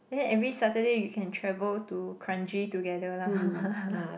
then every Saturday we can travel to Kranji together lah